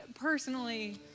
Personally